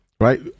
right